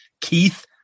Keith